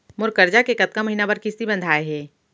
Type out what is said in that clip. मोर करजा के कतका महीना बर किस्ती बंधाये हे?